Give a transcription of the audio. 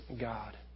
God